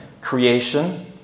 Creation